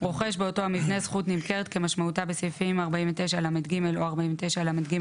רוכש באותו המבנה זכות נמכרת כמשמעותה בסעיפים 49לג או 49לג1,